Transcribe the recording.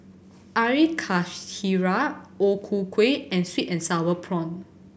Air Karthira O Ku Kueh and Sweet and Sour Prawns